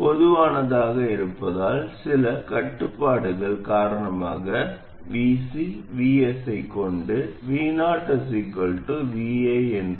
பொதுவானதாக இருப்பதால் சில கட்டுப்பாடுகள் காரணமாக V C V S ஐக் கொண்டு vo vi என்று இருக்கும் ஒன்றை மட்டுமே நாம் உணர முடியும்